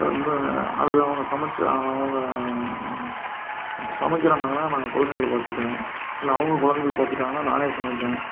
so இந்த அதுக்கு அவங்க சமைச்சு அவங்க சமைக்கிறன்னாங்கன்னா நான் குழந்தைகள பாத்துக்குவேன் இல்லை அவங்க குழந்தைகள பார்த்துக்கிட்டங்கனா நானே சமைப்பேன்